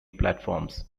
platforms